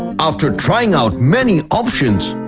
after trying out many options,